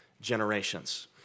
generations